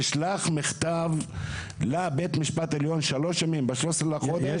נשלח מכתב לבית המשפט העליון ב-13 לחודש.